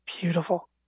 beautiful